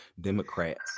Democrats